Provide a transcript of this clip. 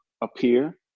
appear